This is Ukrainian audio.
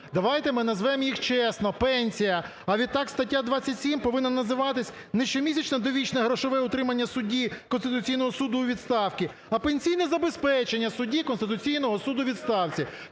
Давайте ми назвемо їх чесно пенсія, а відтак стаття 27 повинна називатися не щомісячне довічне грошове утримання суддів Конституційного Суду у відставці, а пенсійне забезпечення судді Конституційного Суду у відставці.